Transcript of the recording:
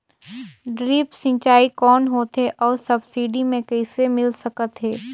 Drip सिंचाई कौन होथे अउ सब्सिडी मे कइसे मिल सकत हे?